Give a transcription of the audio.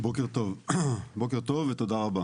בוקר טוב ותודה רבה.